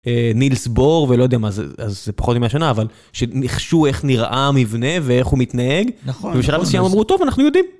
נילס בוהר, ולא יודע מה זה, אז זה פחות או מאה שנה, אבל שניחשו איך נראה המבנה ואיך הוא מתנהג. נכון. ובשלב מסיים אמרו, טוב, אנחנו יודעים.